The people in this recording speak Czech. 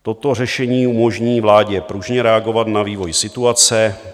Toto řešení umožní vládě pružně reagovat na vývoj situace.